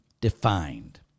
defined